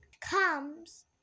comes